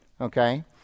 Okay